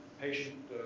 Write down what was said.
patient